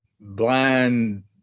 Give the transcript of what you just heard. blind